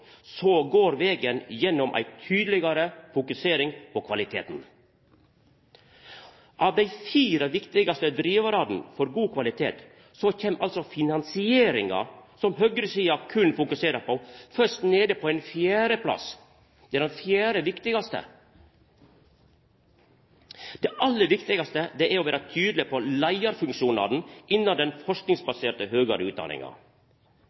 så går vegen gjennom ei tydelegare fokusering på kvaliteten. Av dei fire viktigaste drivarane for god kvalitet, så kjem finansieringa – det er berre den høgresida fokuserer på – først nede på ein fjerde plass. Det er den fjerde viktigaste. Det aller viktigaste er å vera tydeleg på leiarfunksjonane innan den